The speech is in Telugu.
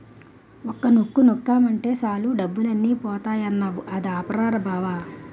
ఒక్క నొక్కు నొక్కేమటే సాలు డబ్బులన్నీ పోతాయన్నావ్ అదే ఆప్ రా బావా?